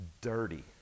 dirty